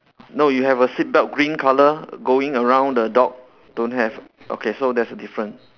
no you have a seat belt green color going around the dog don't have okay so that's the different